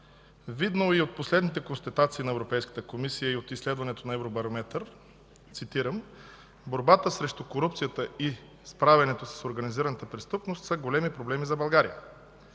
Видно е и от последните констатации на Европейската комисия, и от изследването на „Евробарометър”, цитирам: „Борбата срещу корупцията и справянето с организираната престъпност са големи проблеми за България”.